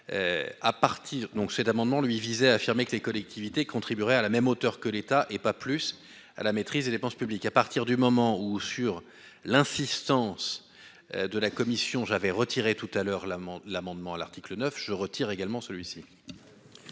donc cet amendement lui visait a affirmé que les collectivités contribuerait à la même hauteur que l'État et pas plus à la maîtrise des dépenses publiques à partir du moment où, sur l'insistance de la Commission, j'avais retiré tout à l'heure là l'amendement à l'article 9 je retire également celui-ci.